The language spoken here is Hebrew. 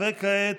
כעת,